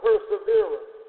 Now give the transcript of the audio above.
perseverance